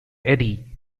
eddie